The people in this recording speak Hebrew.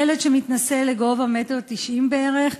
ילד שמתנשא לגובה 1.90 מטר בערך,